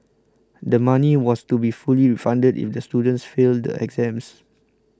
the money was to be fully refunded if the students fail the exams